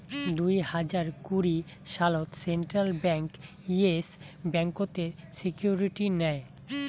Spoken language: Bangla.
দুই হাজার কুড়ি সালত সেন্ট্রাল ব্যাঙ্ক ইয়েস ব্যাংকতের সিকিউরিটি নেয়